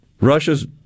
Russia's